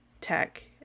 tech